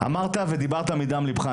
אמרת ודיברת מדם ליבך.